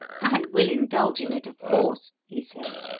i will indulge in it, of course, he said,